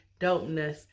dopeness